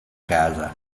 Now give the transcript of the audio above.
casa